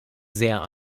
sehr